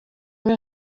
muri